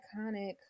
iconic